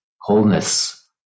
wholeness